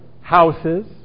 houses